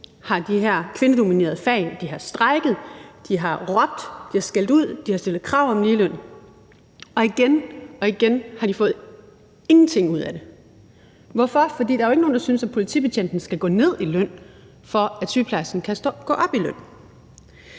de har råbt, de har skældt ud, de har stillet krav om ligeløn, og igen og igen har de fået ingenting ud af det. Hvorfor? Fordi der jo ikke er nogen, der synes, at politibetjenten skal gå ned i løn, for at sygeplejersken kan gå op i løn,